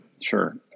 sure